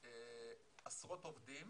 מוקדמת עשרות עובדים